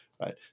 right